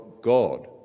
God